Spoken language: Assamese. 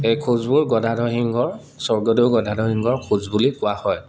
এই খোজবোৰ গদাধৰ সিংহৰ স্বৰ্গদেউ গদাধৰ সিংহৰ খোজ বুলি কোৱা হয়